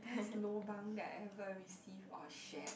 best lobang that I ever received or shared